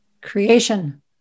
Creation